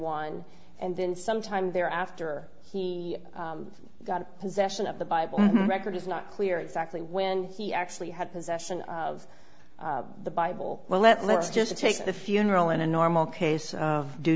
one and then some time there after he got possession of the bible record it's not clear exactly when he actually had possession of the bible well let's just take the funeral in a normal case